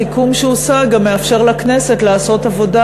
הסיכום שהושג מאפשר לכנסת לעשות עבודה